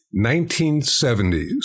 1970s